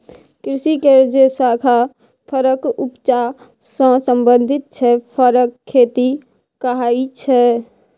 कृषि केर जे शाखा फरक उपजा सँ संबंधित छै फरक खेती कहाइ छै